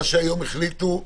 מה שהיום החליטו,